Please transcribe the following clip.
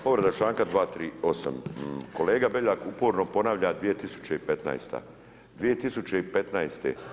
Povreda članka 238., kolega BEljak uporno ponavlja 2015. 2015.